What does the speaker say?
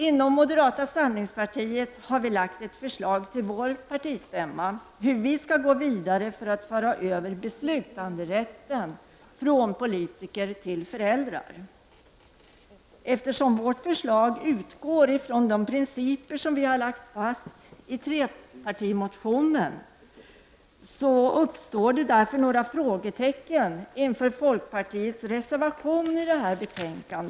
Inom moderata samlingspartiet har vi lagt fram ett förslag till vår partistämma om hur vi skall gå vidare för att föra över beslutanderätten från politiker till föräldrar. Eftersom vårt förslag utgår från de principer som vi har lagt fast i trepartimotionen, uppstår det några frågetecken inför folkpartiets reservation i detta betänkande.